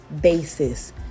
basis